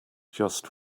just